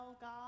God